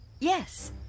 yes